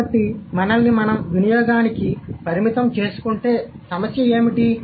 కాబట్టి మనల్ని మనం వినియోగానికి పరిమితం చేసుకుంటే సమస్య ఏమిటి